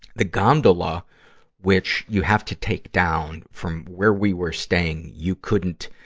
the gondola which you have to take down from where we were staying, you couldn't,